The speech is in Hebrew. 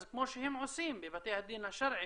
אז כמו שעושים בבתי הדין השרעיים,